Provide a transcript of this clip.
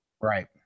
right